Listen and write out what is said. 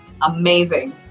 Amazing